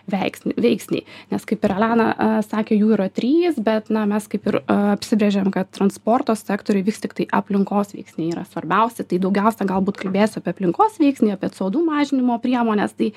veiksnį veiksnį nes kaip ir elena sakė jų yra trys bet na mes kaip ir aa apsibrėžėm kad transporto sektoriuje vis tiktai aplinkos veiksniai yra svarbiausia tai daugiausiai galbūt kalbėsiu apie aplinkos veiksnį apie co du mažinimo priemones tai